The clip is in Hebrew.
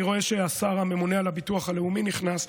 אני רואה שהשר הממונה על הביטוח הלאומי נכנס.